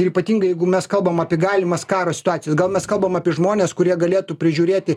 ir ypatingai jeigu mes kalbam apie galimas karo situacijas gal mes kalbam apie žmones kurie galėtų prižiūrėti